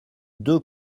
deux